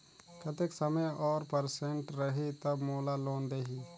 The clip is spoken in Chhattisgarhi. कतेक समय और परसेंट रही तब मोला लोन देही?